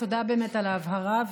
תודה על ההבהרה.